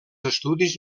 estudis